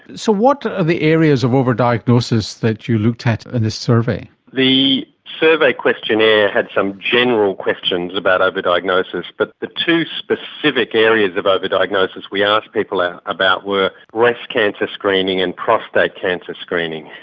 so what are the areas of over-diagnosis that you looked at in and this survey? the survey questionnaire had some general questions about over-diagnosis, but the two specific areas of over-diagnosis we asked people and about were breast cancer screening and prostate cancer screening.